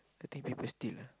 I think people steal lah